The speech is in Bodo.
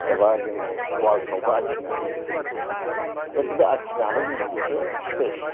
एबा जोङो वालफ्रावबो आखिनो हायो खिन्थु बे आखिनायानो जोंना मोनसे स्फेस